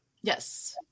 Yes